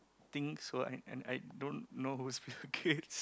think so and and I don't know who's Bill-Gates